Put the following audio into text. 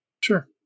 Sure